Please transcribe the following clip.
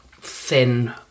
thin